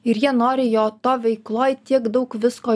ir jie nori jo toj veikloj tiek daug visko